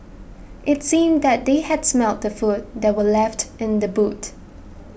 it seemed that they had smelt the food that were left in the boot